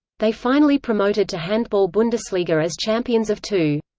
they finally promoted to handball-bundesliga as champions of two.